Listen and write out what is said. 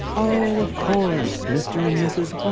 oh, of course, mr. and mrs.